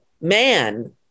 man